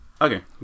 Okay